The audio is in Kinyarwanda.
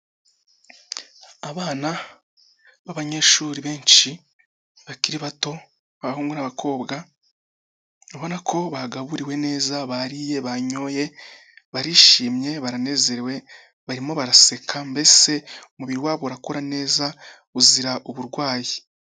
Abana b'abanyeshuri benshi bakiri bato, abahungu n'abakobwa, ubona ko bagaburiwe neza bariye, banyoye, barishimye, baranezerewe, barimo baraseka, mbese umubiri wabo urakura neza uzira uburwayi.